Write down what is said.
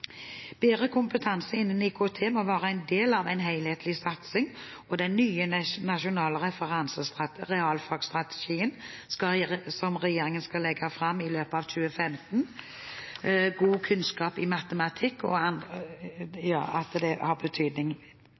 Bedre kompetanse innen IKT må være en del av en helhetlig satsing. Den nye nasjonale realfagsstrategien skal regjeringen legge fram i løpet av 2015. God kunnskap i matematikk og